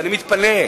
ואני מתפלא,